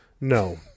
No